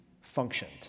functioned